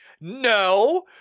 no